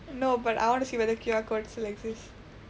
no but I wanna see whether Q_R code still exist